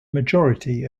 majority